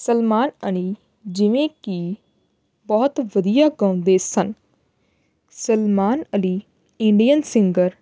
ਸਲਮਾਨ ਅਲੀ ਜਿਵੇਂ ਕਿ ਬਹੁਤ ਵਧੀਆ ਗਾਉਂਦੇ ਸਨ ਸਲਮਾਨ ਅਲੀ ਇੰਡੀਅਨ ਸਿੰਗਰ